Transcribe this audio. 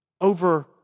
over